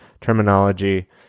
Terminology